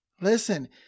Listen